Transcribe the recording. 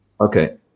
Okay